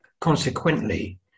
consequently